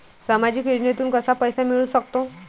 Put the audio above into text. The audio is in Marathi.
सामाजिक योजनेतून कसा पैसा मिळू सकतो?